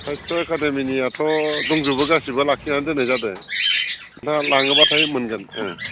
साहित्य एकादेमीनियाथ' दंजोबो गासिबो लाखिनानै दोननाय जादो नोंथाङा लाङोब्लाथाय मोनगोन ओं